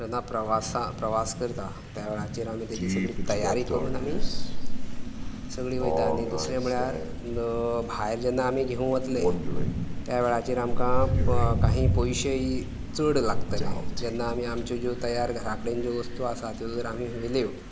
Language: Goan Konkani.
जेन्ना प्रवासा प्रवास करता त्या वेळाचेर आमी तेजी सगळी तयारी करून आमी सगळीं वयता आनी दुसरें म्हळ्यार भायर जेन्ना आमी घेवंक वतले त्या वेळाचेर आमकां कांही पयशेय चड लागतले जेन्ना आमी आमच्यो ज्यो तयार घरां कडेन वस्तू आसा त्यो जर आमी व्हेल्यो